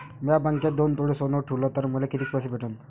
म्या बँकेत दोन तोळे सोनं ठुलं तर मले किती पैसे भेटन